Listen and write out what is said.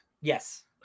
Yes